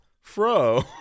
Fro